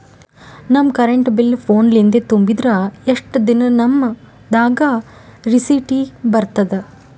ನಮ್ current bill phone ಲಿಂದೇ ತುಂಬಿದ್ರ, ಎಷ್ಟ ದಿ ನಮ್ ದಾಗ ರಿಸಿಟ ಬರತದ?